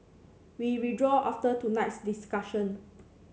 we withdrew after tonight's discussion